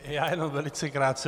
Já jen velice krátce.